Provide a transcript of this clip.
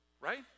Right